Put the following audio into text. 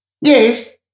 Yes